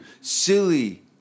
silly